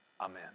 amen